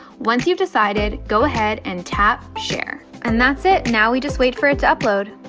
once you decided, go ahead and tap share and that's it. now we just wait for it to upload.